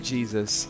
Jesus